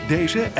Deze